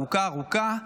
ארוכה ארוכה,